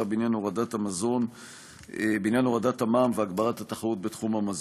בעניין הורדת המע"מ והגברת התחרות בתחום המזון.